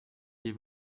hier